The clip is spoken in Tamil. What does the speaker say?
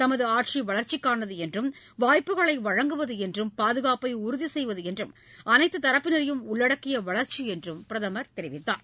தமது ஆட்சி வளர்ச்சிக்கானது என்றும் வாய்ப்புக்களை வழங்குவது என்றும் பாதுகாப்பை உறுதி செய்வது என்றும் அனைத்து தரப்பினரையும் உள்ளடக்கிய வளர்ச்சி என்றும் பிரதமர் தெரிவித்தார்